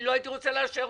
שלא הייתי רוצה לאשר,